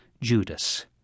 Judas